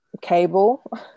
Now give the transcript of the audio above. cable